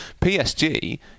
PSG